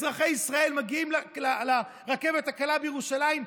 אזרחי ישראל מגיעים לרכבת הקלה בירושלים,